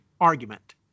argument